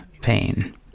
pain